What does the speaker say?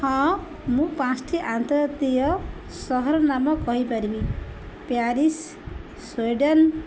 ହଁ ମୁଁ ପାଞ୍ଚୋଟି ଆନ୍ତର୍ଜାତୀୟ ସହରର ନାମ କହିପାରିବି ପ୍ୟାରିସ୍ ସ୍ଵିଡ଼େନ୍